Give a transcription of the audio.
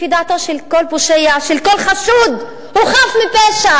לפי דעתו של כל פושע, של כל חשוד, הוא חף מפשע.